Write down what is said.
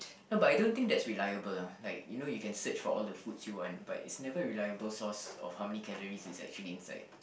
no but I don't think that's reliable lah like you know you can search for all the foods you want but is never really a reliable source of how many calories is actually inside